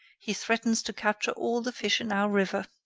he threatens to capture all the fish in our river.